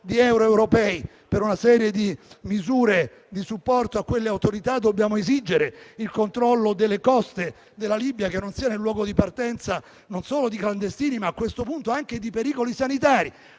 di euro europei per una serie di misure di supporto a quelle autorità, dobbiamo esigere il controllo delle coste della Libia, affinché non siano il luogo di partenza non sono di clandestini, ma a questo punto anche di pericoli sanitari.